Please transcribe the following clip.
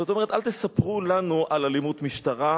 זאת אומרת, אל תספרו לנו על אלימות משטרה.